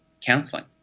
counseling